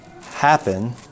happen